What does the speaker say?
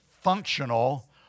functional